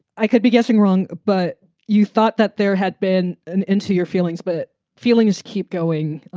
i could be guessing wrong, but you thought that there had been an into your feelings. but feelings keep going.